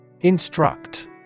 Instruct